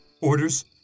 Orders